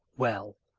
well,